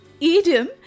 Idiom